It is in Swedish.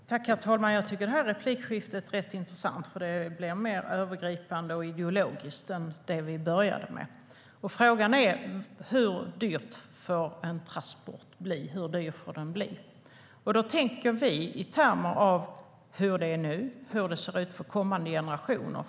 STYLEREF Kantrubrik \* MERGEFORMAT SjöfartsfrågorFrågan är hur dyr en transport får bli. Vi tänker i termer av hur det är nu och hur det ser ut för kommande generationer.